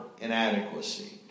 inadequacy